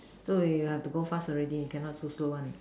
so we have to go fast already cannot so slow one